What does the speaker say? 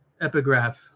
Epigraph